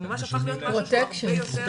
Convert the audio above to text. זה ממש הפך להיות משהו שהוא הרבה יותר.